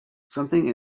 something